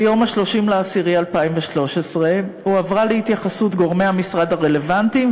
ביום 30 באוקטובר 2013 והועברה להתייחסות גורמי המשרד הרלוונטיים,